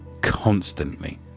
constantly